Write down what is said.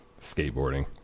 Skateboarding